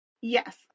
Yes